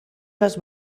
les